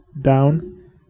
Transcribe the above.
down